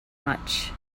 much